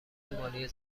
مالی